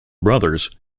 brothers